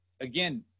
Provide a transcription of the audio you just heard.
again